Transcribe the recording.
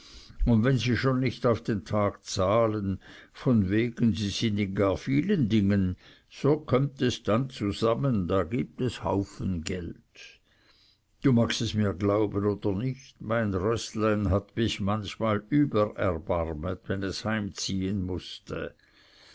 und wenn sie schon nicht auf den tag zahlen von wegen sie sind in gar vielen dingen so kömmt es dann zusammen da gibt es haufen geld du magst mir es glauben oder nicht mein rößlein hat mich manchmal übel erbarmet wenn es heimziehen mußte